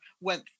went